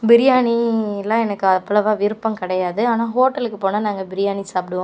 பிரியாணியெலாம் எனக்கு அவ்வளோவா விருப்பம் கிடையாது ஆனால் ஹோட்டலுக்கு போனால் நாங்கள் பிரியாணி சாப்பிடுவோம்